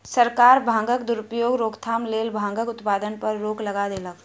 सरकार भांगक दुरुपयोगक रोकथामक लेल भांगक उत्पादन पर रोक लगा देलक